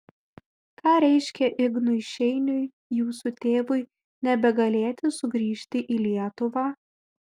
ką reiškė ignui šeiniui jūsų tėvui nebegalėti sugrįžti į lietuvą